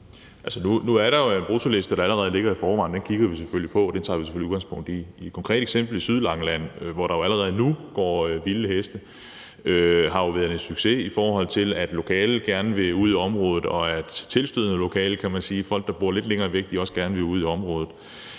nu er der jo en bruttoliste, der allerede ligger der i forvejen. Den kigger vi selvfølgelig på, og den tager vi selvfølgelig udgangspunkt i. I forhold til det konkrete eksempel med Sydlangeland, hvor der jo allerede nu går vilde heste, har det jo været en succes, i forhold til at lokale gerne vil ud i området, og at tilstødende lokale, kan man sige, altså folk, der bor lidt længere væk, også gerne vil ud i området.